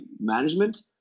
management